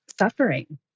suffering